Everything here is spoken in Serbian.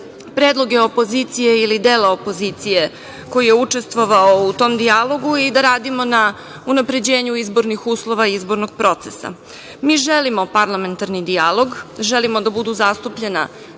predloge opozicije ili dela opozicije koji je učestvovao u tom dijalogu i da radimo na unapređenju izbornih uslova i izbornog procesa. Mi želimo parlamentarni dijalog, želimo da budu zastupljena